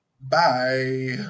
Bye